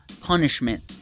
punishment